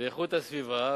לאיכות הסביבה,